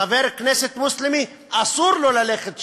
חבר כנסת מוסלמי, אסור לו ללכת שם,